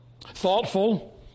thoughtful